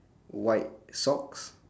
white socks